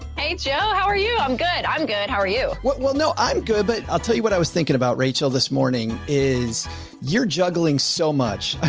hey, joe, how are you? i'm good. i'm good. how are you? well, no, i'm good. but i'll tell you what i was thinking about rachel. this morning is you're juggling so much. ah